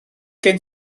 gen